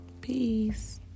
peace